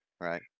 Right